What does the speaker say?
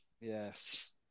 Yes